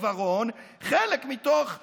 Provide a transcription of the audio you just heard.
חלק מתוך עיוורון,